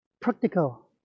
practical